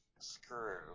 screw